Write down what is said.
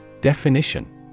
Definition